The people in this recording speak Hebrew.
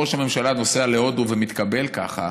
ראש הממשלה נוסע להודו ומתקבל ככה,